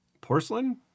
porcelain